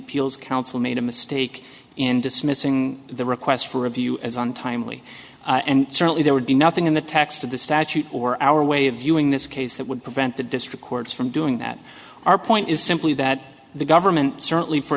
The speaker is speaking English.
peals council made a mistake in dismissing the request for review as untimely and certainly there would be nothing in the text of the statute or our way of viewing this case that would prevent the district courts from doing that our point is simply that the government certainly for